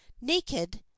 naked